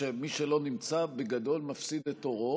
מי שלא נמצא, בגדול, מפסיד את תורו.